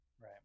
Right